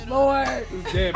Lord